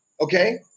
Okay